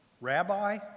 Rabbi